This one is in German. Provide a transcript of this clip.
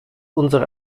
unsere